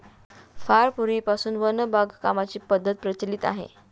फार पूर्वीपासून वन बागकामाची पद्धत प्रचलित आहे